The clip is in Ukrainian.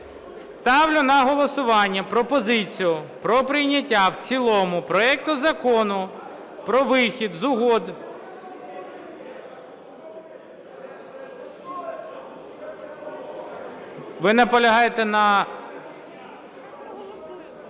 Ставлю на голосування пропозицію про прийняття в цілому проекту Закону про вихід з Угоди… Ви наполягаєте з